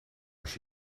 als